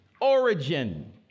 origin